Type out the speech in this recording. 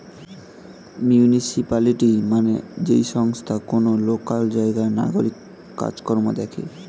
municipality মানে যেই সংস্থা কোন লোকাল জায়গার নাগরিক কাজ কর্ম দেখে